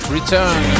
Return